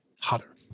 hotter